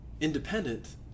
independent